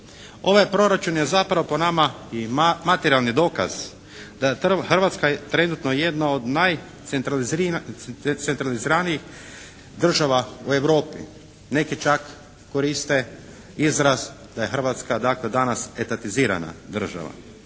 Ovaj proračun je zapravo po nama i materijalni dokaz da Hrvatska je trenutno jedna od najcentraliziranijih država u Europi. Neki čak koriste izraz da je Hrvatska dakle danas etatizirana država